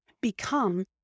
become